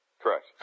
Correct